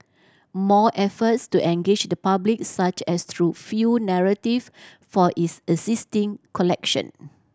more efforts to engage the public such as through few narrative for its existing collection